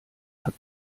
hat